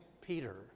Peter